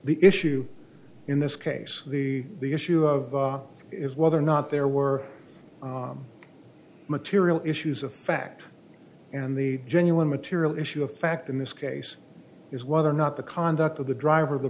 the issue in this case the the issue of is whether or not there were material issues of fact and the genuine material issue of fact in this case is whether or not the conduct of the driver